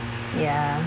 ya